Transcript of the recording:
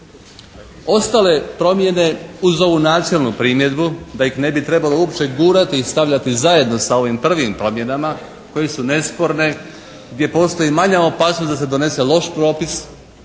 Otale promjene uz ovu načelnu primjedbu da ih ne bi trebalo uopće gurati i stavljati zajedno sa ovim prvim promjenama koje su nesporne, gdje postoji manja opasnost da se donese loš propis,